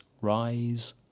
rise